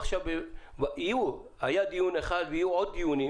היה דיון אחד ויהיו עוד דיונים